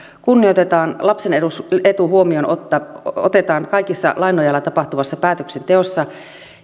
kunnioitetaan lapsen etu otetaan huomioon kaikessa lain nojalla tapahtuvassa päätöksenteossa